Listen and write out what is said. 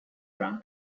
from